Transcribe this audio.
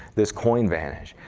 this coin vanish.